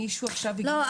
לא.